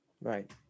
Right